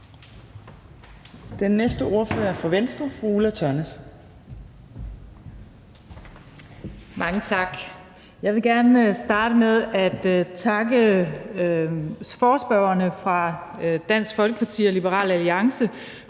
Kl. 12:53 (Ordfører) Ulla Tørnæs (V): Mange tak. Jeg vil gerne starte med at takke forespørgerne fra Dansk Folkeparti og Liberal Alliance